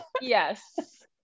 yes